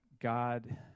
God